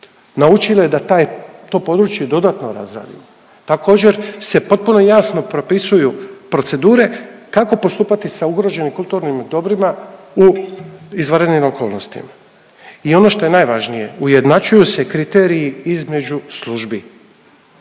naučile da taj, to područje dodatno razradimo. Također se potpuno jasno propisuju procedure kako postupati sa ugroženim kulturnim dobrima u izvanrednim okolnostima i ono što je najvažnije ujednačuju se kriteriji između službi.